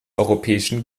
europäischen